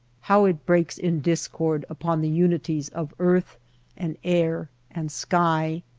how it breaks in discord upon the uni ties of earth and air and sky!